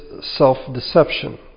self-deception